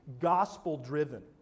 gospel-driven